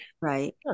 Right